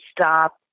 stop